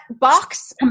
box